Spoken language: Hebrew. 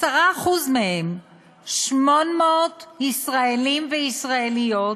10% מהם, 800 ישראלים וישראליות,